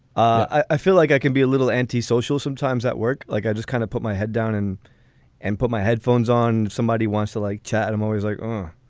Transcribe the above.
i feel like i can be a little antisocial sometimes at work. like i just kind of put my head down and and put my headphones on. somebody wants to like chatham always like. um